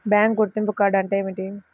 Bank గుర్తింపు card అంటే ఏమిటి?